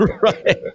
right